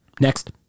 Next